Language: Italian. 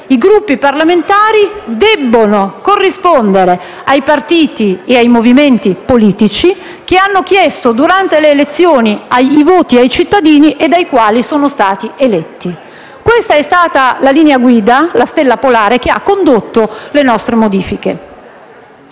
i Gruppi parlamentari devono corrispondere ai partiti e ai movimenti politici che hanno chiesto, durante le elezioni, i voti ai cittadini, dai quali sono stati eletti. Questa è stata la linea guida, la stella polare che ha condotto le nostre modifiche.